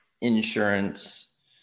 insurance